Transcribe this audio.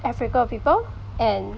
africa people and